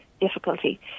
difficulty